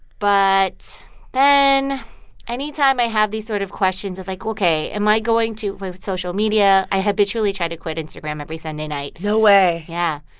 but then anytime i have these sort of questions of like, ok, am i going to with with social media, i habitually try to quit instagram every sunday night no way yeah.